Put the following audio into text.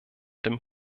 dem